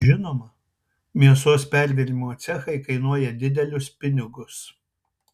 žinoma mėsos perdirbimo cechai kainuoja didelius pinigus